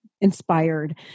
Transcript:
inspired